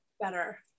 better